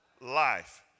Life